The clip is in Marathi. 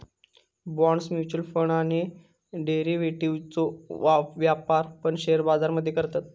बॉण्ड्स, म्युच्युअल फंड आणि डेरिव्हेटिव्ह्जचो व्यापार पण शेअर बाजार मध्ये करतत